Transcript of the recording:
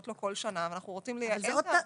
לו כל שנה ואנחנו רוצים לייעל את העבודה.